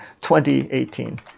2018